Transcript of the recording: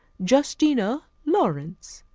justina laurence.